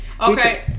okay